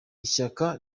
ishyaka